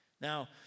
Now